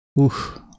Oof